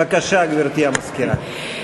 בבקשה, גברתי המזכירה.